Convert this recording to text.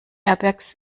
airbags